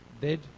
dead